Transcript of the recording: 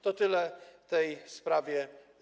To tyle w tej sprawie.